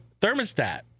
thermostat